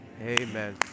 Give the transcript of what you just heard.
amen